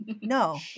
no